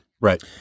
Right